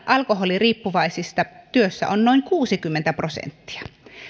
alkoholiriippuvaisista työssä on noin kuusikymmentä prosenttia